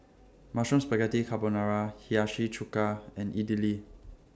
Mushroom Spaghetti Carbonara Hiyashi Chuka and Idili